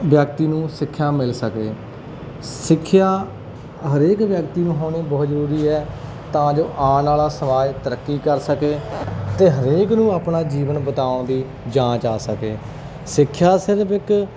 ਵਿਅਕਤੀ ਨੂੰ ਸਿੱਖਿਆ ਮਿਲ ਸਕੇ ਸਿੱਖਿਆ ਹਰੇਕ ਵਿਅਕਤੀ ਨੂੰ ਹੋਣੀ ਬਹੁਤ ਜ਼ਰੂਰੀ ਹੈ ਤਾਂ ਜੋ ਆਉਣ ਵਾਲਾ ਸਮਾਜ ਤਰੱਕੀ ਕਰ ਸਕੇ ਅਤੇ ਹਰੇਕ ਨੂੰ ਆਪਣਾ ਜੀਵਨ ਬਿਤਾਉਣ ਦੀ ਜਾਂਚ ਆ ਸਕੇ ਸਿੱਖਿਆ ਸਿਰਫ ਇੱਕ